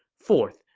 fourth,